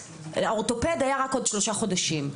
אז היה לי תור רק בעוד שלושה חודשים.